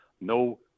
no